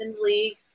league